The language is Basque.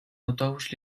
autobus